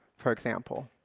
for example,